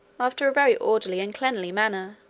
after a very orderly and cleanly manner.